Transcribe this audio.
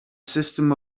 system